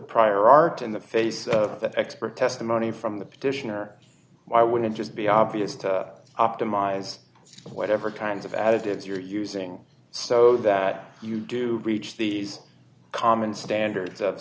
prior art in the face of expert testimony from the petitioner why wouldn't just be obvious to optimize whatever kinds of additives you're using so that you do reach these common standards of